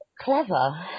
clever